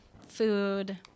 food